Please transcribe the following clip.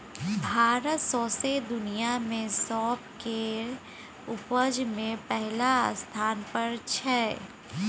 भारत सौंसे दुनियाँ मे सौंफ केर उपजा मे पहिल स्थान पर छै